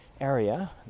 area